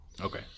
Okay